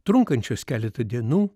trunkančios keletą dienų